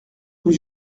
rue